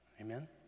Amen